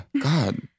God